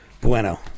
Bueno